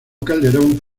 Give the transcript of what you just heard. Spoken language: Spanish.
calderón